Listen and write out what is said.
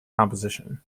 composition